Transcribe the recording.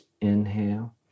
inhale